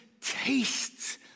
tastes